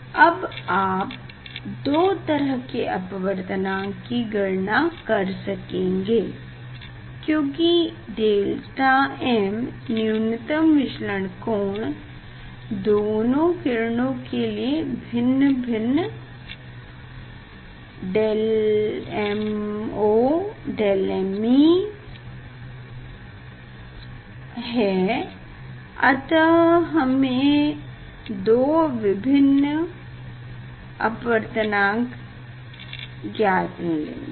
अब आप दो तरह के अपवर्तनांक की गणना कर सकेंगे क्योकि डेल्टा m न्यूनतम विचलन कोण दोनों किरणों के लिए भिन्न हैं δmo δme अतः हमे दो भिन्न अपवर्तनांक के मान मिलेंगे